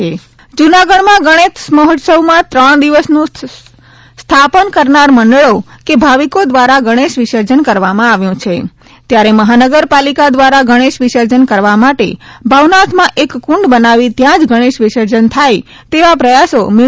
જૂનાગઢ વિસર્જન ગણેશ જૂનાગઢમાં ગૌરોશ મહોત્સવમાં ત્રણ દિવસનું સ્થાપન કરનાર મંડળો કે ભાવિકો દ્વારા ગૌરોશ વિસર્જન કરવામાં આવ્યું છે ત્યારે મહાનગર પાલિકા દ્વારા ગણેશ વિસર્જન કરવા માટે ભવનાથમા એક કુંડ બનાવી ત્યાંજ ગૌ્રેશ વિસર્જન થાય તેવા પ્રયાસો મ્યુ